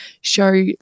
show